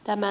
tämä